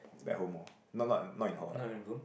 back home orh not not not in hall ah